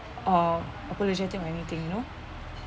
uh apologetic or anything you know